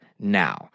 now